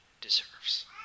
deserves